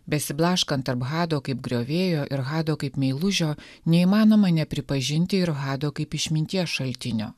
besiblaškant tarp hado kaip griovėjo ir hado kaip meilužio neįmanoma nepripažinti ir hado kaip išminties šaltinio